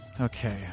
Okay